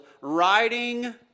Riding